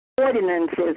ordinances